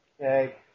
Okay